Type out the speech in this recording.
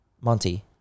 Monty